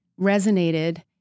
resonated